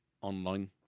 online